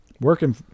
Working